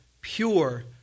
pure